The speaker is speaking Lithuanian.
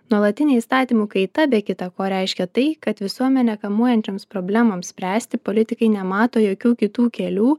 nuolatinė įstatymų kaita be kita ko reiškia tai kad visuomenę kamuojančioms problemoms spręsti politikai nemato jokių kitų kelių